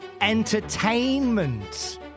entertainment